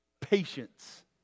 Patience